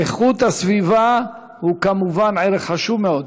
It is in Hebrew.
איכות הסביבה היא כמובן ערך חשוב מאוד,